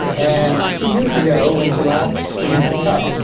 and two years ago when she last produced a cub,